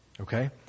Okay